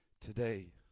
Today